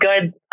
good